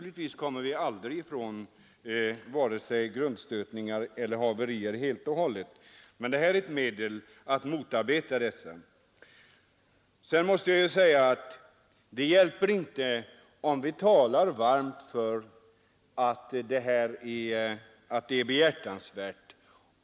Självfallet kommer vi aldrig helt ifrån vare sig grundstötningar eller haverier, men den av oss föreslagna åtgärden skulle vara ett medel för att motarbeta sådana olyckor. Vidare måste jag säga att det inte hjälper om vi talar varmt för att en sådan åtgärd är behjärtansvärd.